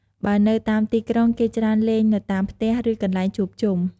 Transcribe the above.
បើនៅតាមទីក្រុង គេច្រើនលេងនៅតាមផ្ទះ ឬកន្លែងជួបជុំ។